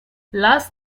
last